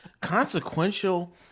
Consequential